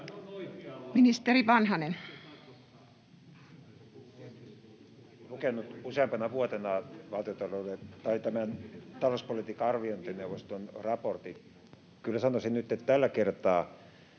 Arvoisa puhemies! Olen lukenut useampana vuotena talouspolitiikan arviointineuvoston raportin. Kyllä sanoisin nyt, että tällä kertaa